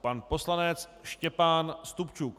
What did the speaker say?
Pan poslanec Štěpán Stupčuk.